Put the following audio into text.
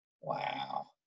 wow